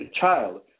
child